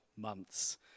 months